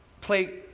play